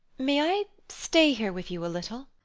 may i stay here with you a little?